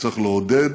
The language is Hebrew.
שצריך לעודד